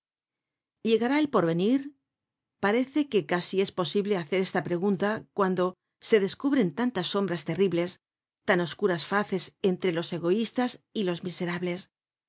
llegará el porvenir parece que casi es posible hacer esta pregunta cuando se descubren tantas sombras terribles tan oscuras faces entre los egoistas y los miserables